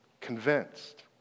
convinced